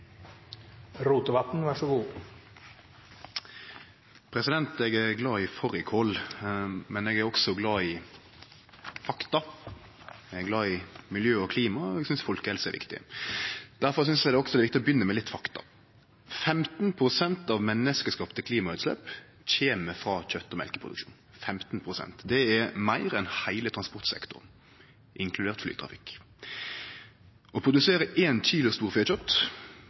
glad i fårikål, men eg er også glad i fakta. Eg er glad i miljø og klima, og eg synest folkehelse er viktig. Difor synest eg også at det er viktig å begynne med litt fakta: 15 pst. av menneskeskapte klimautslepp kjem frå kjøt- og mjølkeproduksjon – 15 pst. Det er meir enn heile transportsektoren, inkludert flytrafikk. Å produsere ein